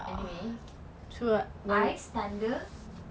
anyway ice thunder